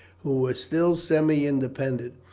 who were still semi-independent,